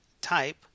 type